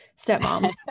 stepmom